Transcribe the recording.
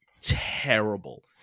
terrible